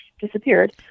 disappeared